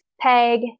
PEG